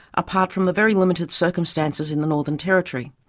apart from the very limited circumstances in the northern territory.